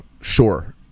sure